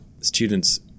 students